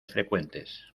frecuentes